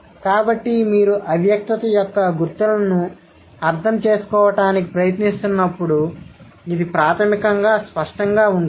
కాబట్టి మీరు అవ్యక్తత యొక్క గుర్తులను అర్థం చేసుకోవడానికి ప్రయత్నిస్తున్నప్పుడు ఇది ప్రాథమికంగా స్పష్టంగా ఉంటుంది